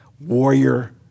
warrior